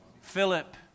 Philip